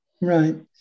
Right